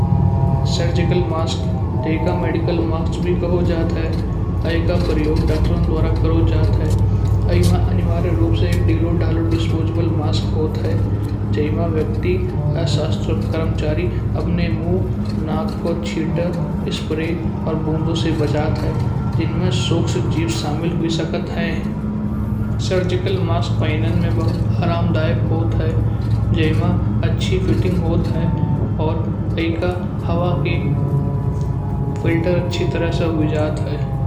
Surgical mask थेका medical mask बे कहो जाता है। एका प्रयोग डाक्टर द्वारा करो जात है। ईमा अनिवार्य रूप से एक ढीला ढाला डिस्पोजेबल मास्क होता है। जै मन व्यक्ति शास्त्रऋ कर्मचारी अपने मुँह नाक को छींटे स्प्रे औऱ बुण्डों से बचत है। जिनमें सूक्ष्म जीव शामिल होई सकत है। सर्जिकल मास्क पहनन में बहुत आरामदायक होता है। ज्यिमा अच्छी फिटिंग होत है अउर एका हवा के फिल्टर अच्छी तरह से होई जात है।